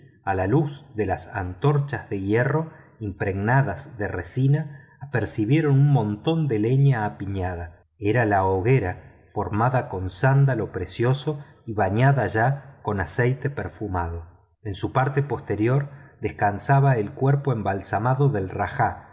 a la luz de las antorchas de hierro impregnadas de resina percibieron un montón de leña apilada era la hoguera hecha con sándalo precioso y bañada ya con aceite perfumado en su parte posterior descansaba el cuerpo embalsamado del rajá